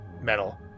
metal